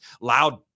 loud